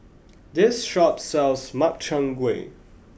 this shop sells Makchang Gui